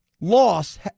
loss